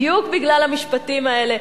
בדיוק בגלל המשפטים האלה,